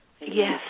Yes